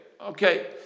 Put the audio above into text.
Okay